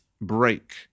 break